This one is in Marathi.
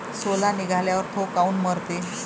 सोला निघाल्यावर थो काऊन मरते?